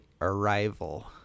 Arrival